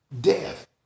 death